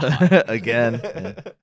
Again